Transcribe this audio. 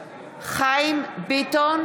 נגד מיכאל מרדכי ביטון,